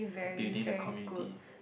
building the community